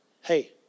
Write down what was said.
Hey